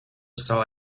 saw